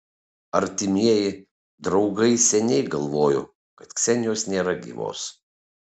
artimieji draugai seniai galvojo kad ksenijos nėra gyvos